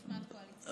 כבולים